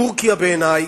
טורקיה בעיני,